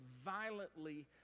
violently